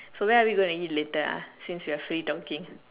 so where are we going to eat later ah since we are free talking